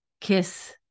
kiss